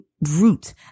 root